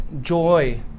joy